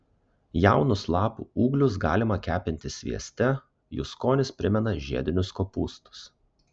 jaunus lapų ūglius galima kepinti svieste jų skonis primena žiedinius kopūstus